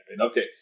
Okay